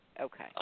Okay